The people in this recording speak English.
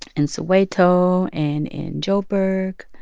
in soweto and in joburg